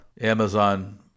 Amazon